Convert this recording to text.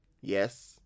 Yes